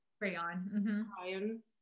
crayon